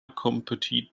competed